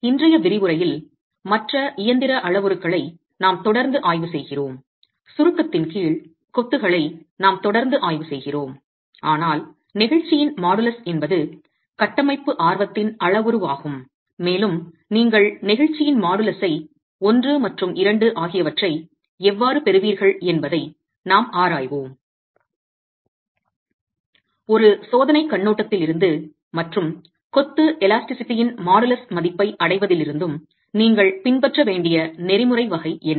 இன்றைய விரிவுரையில் மற்ற இயந்திர அளவுருக்களை நாம் தொடர்ந்து ஆய்வு செய்கிறோம் சுருக்கத்தின் கீழ் கொத்துகளை நாம் தொடர்ந்து ஆய்வு செய்கிறோம் ஆனால் நெகிழ்ச்சியின் மாடுலஸ் என்பது கட்டமைப்பு ஆர்வத்தின் அளவுருவாகும் மேலும் நீங்கள் நெகிழ்ச்சியின் மாடுலஸை மற்றும் ஆகியவற்றை எவ்வாறு பெறுவீர்கள் என்பதை நாம் ஆராய்வோம் ஒரு சோதனைக் கண்ணோட்டத்தில் இருந்தும் மற்றும் கொத்து எலாஸ்டிசிட்டியின் மாடுலஸ் மதிப்பை அடைவதிலிருந்தும் நீங்கள் பின்பற்ற வேண்டிய நெறிமுறை வகை என்ன